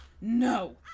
No